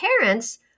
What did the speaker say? parents